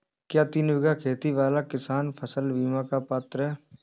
क्या तीन बीघा खेत वाला किसान फसल बीमा का पात्र हैं?